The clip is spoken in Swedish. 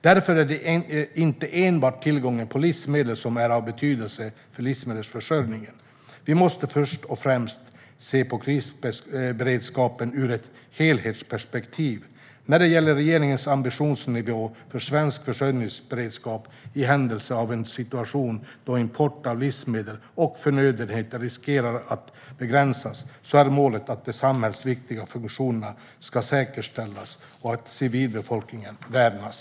Därför är det inte enbart tillgången på livsmedel som är av betydelse för livsmedelsförsörjningen. Vi måste först och främst se på krisberedskapen ur ett helhetsperspektiv. När det gäller regeringens ambitionsnivå för svensk försörjningsberedskap i händelse av en situation då import av livsmedel och förnödenheter riskerar att begränsas är målet att de samhällsviktiga funktionerna ska säkerställas och civilbefolkningen värnas.